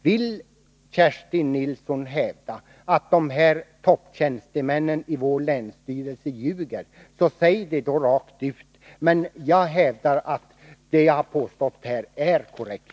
Vill Kerstin Nilsson hävda att de här topptjänstemännen i vår länsstyrelse ljuger, så säg det rakt ut! Men jag hävdar att det jag har påstått här är korrekt.